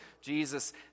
Jesus